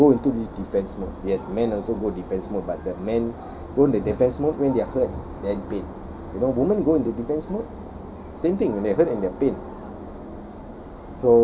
naturally they go into the defense mode yes men also go defense mode but the man go in the defense mode when they are hurt then pain you know women go into defense mode same thing when they're hurt and and they're pain